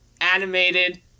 Animated